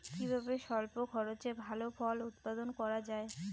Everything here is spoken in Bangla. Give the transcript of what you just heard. কিভাবে স্বল্প খরচে ভালো ফল উৎপাদন করা যায়?